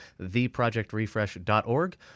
theprojectrefresh.org